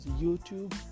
YouTube